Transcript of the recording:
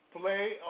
Play